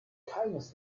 keines